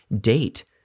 date